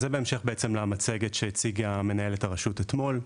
זה בהמשך למצגת שמנהלת הרשות הציגה אתמול.